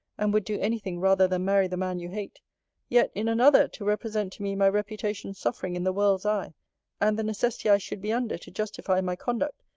and would do any thing rather than marry the man you hate yet, in another, to represent to me my reputation suffering in the world's eye and the necessity i should be under to justify my conduct,